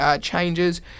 changes